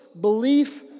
Belief